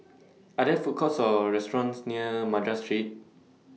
Are There Food Courts Or restaurants near Madras Street